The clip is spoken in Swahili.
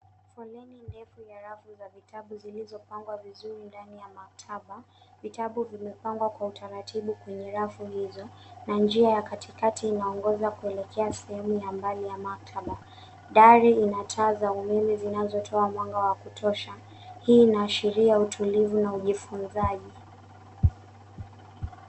Foleni ndefu ya rafu za vitabu zilizopangwa vizuri ndani ya maktaba. Vitabu vimepangwa kwa utaratibu kwenye rafu hizo, na njia ya katikati inaongoza kuelekea sehemu ya mbali ya maktaba. Dari ina taa za umeme zinazotoa mwanga wa kutosha. Hii inaashiria utulivu na ujifunzaji.